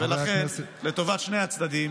ולכן לטובת שני הצדדים